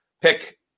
pick